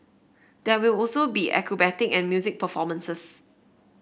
there will also be acrobatic and music performances